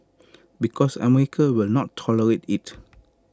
because America will not tolerate IT